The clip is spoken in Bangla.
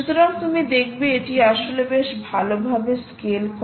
সুতরাং তুমি দেখবে এটি আসলে বেশ ভালোভাবে স্কেল করে